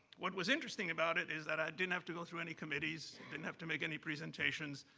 what was interesting about it is that i didn't have to go through any committees, didn't have to make any presentations.